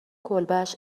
کلبش